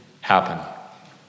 happen